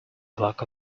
clock